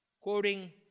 quoting